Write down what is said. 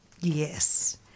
Yes